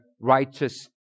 righteous